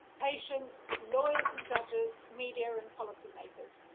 patients, lawyers and judges, media and policy makers.